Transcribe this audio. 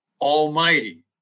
Almighty